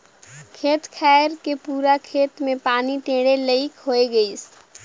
खेत खायर के पूरा खेत मे पानी टेंड़े लईक होए गइसे